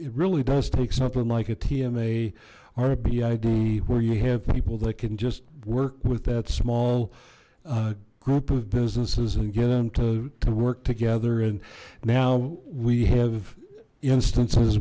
really does take something like a tm a rbi d where you have people that can just work with that small group of businesses and get them to work together and now we have instances